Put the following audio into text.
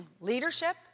Leadership